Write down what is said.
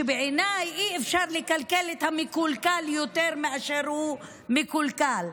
שבעיניי אי-אפשר לקלקל את המקולקל יותר מאשר הוא מקולקל.